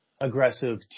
aggressive